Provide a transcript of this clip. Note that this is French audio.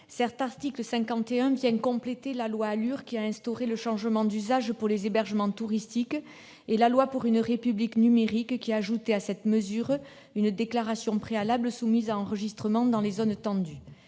L'article 51 vient compléter la loi ALUR, qui a instauré le changement d'usage pour les hébergements touristiques et la loi pour une République numérique, qui a ajouté à cette mesure une déclaration préalable soumise à enregistrement dans les zones tendues,